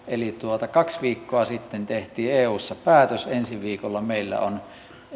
eli kaksi viikkoa sitten tehtiin eussa päätös ensi viikolla meillä on